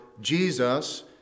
Jesus